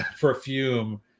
perfume